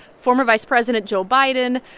former vice president joe biden,